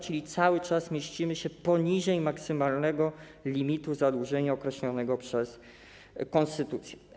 Cały czas mieścimy się poniżej maksymalnego limitu zadłużenia określonego przez konstytucję.